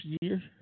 year